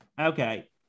Okay